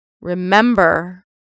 remember